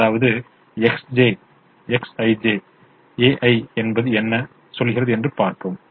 அதாவது Xj Xij ai என்பது என்ன சொல்கிறது என்று பார்ப்போம்